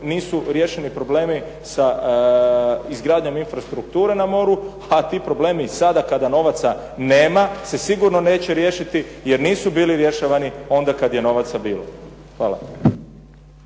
nisu riješeni problemi sa izgradnjom infrastruktura na moru, a ti problemi i sada kada novaca nema se sigurno neće riješiti jer nisu bili rješavani onda kada je novaca bilo. Hvala.